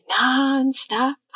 non-stop